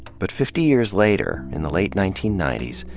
but fifty years later, in the late nineteen ninety s,